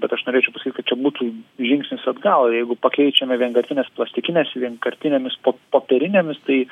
bet aš norėčiau pasakyt kad čia būtų žingsnis atgal jeigu pakeičiame vienkartines plastikines vienkartinėmis popierinėmis tai